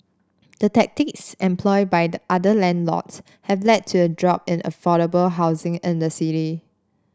the tactics employed by other landlords have led to a drop in affordable housing in the city